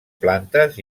plantes